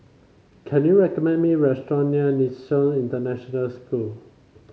can you recommend me restaurant near International School